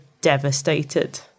devastated